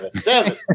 seven